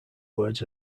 words